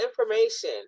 information